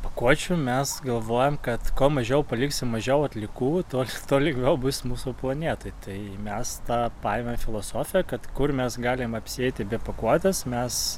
pakuočių mes galvojam kad kuo mažiau paliksim mažiau atliekų tuo tuo lengviau bus mūsų planetai tai mes tą paėmėm filosofiją kad kur mes galime apsieiti be pakuotės mes